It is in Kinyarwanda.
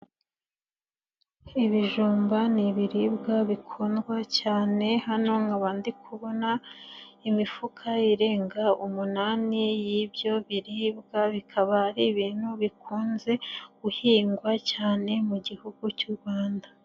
Ibijumba ni ibiribwa bikundwa cyane, hano nkaba ndi kubona imifuka irenga umunani y'ibyo biribwa, bikaba ari ibintu bikunze guhingwa cyane mu gihugu cy'u Rwanda.